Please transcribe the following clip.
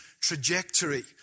trajectory